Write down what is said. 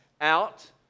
out